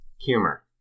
humor